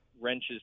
wrenches